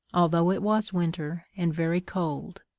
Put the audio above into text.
although it was winter, and very cold.